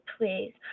please